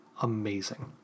Amazing